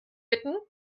bitten